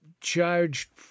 charged